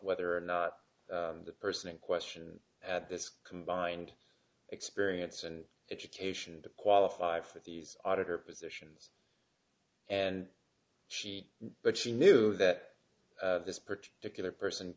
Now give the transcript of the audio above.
whether or not the person in question at this combined experience and education to qualify for these auditor positions and she but she knew that this particular person